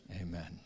Amen